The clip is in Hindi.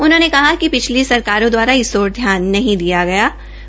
उन्होंने कहा कि पिछली सरकारों दवारा इस ओर ध्यान नहीं दिया गया है